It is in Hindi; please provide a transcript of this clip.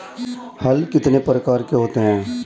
हल कितने प्रकार के होते हैं?